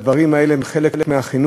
הדברים האלה הם חלק מהחינוך,